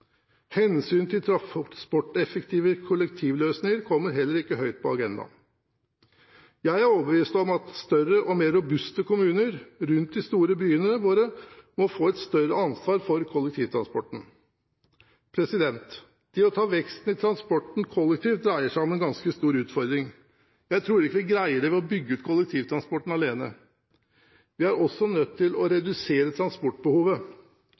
til transporteffektive kollektivløsninger kommer heller ikke høyt på agendaen. Jeg er overbevist om at større og mer robuste kommuner rundt de store byene våre må få et større ansvar for kollektivtransporten. Det å ta veksten i transporten kollektivt dreier seg om en ganske stor utfordring. Jeg tror ikke vi greier det ved å bygge ut kollektivtransporten alene. Vi er også nødt til å redusere transportbehovet.